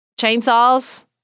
chainsaws